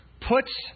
puts